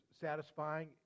satisfying